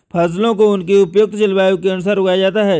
फसलों को उनकी उपयुक्त जलवायु के अनुसार उगाया जाता है